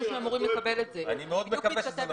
אני מאוד מקווה שזה נכון.